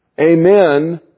Amen